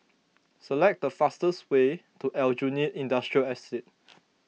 select the fastest way to Aljunied Industrial Estate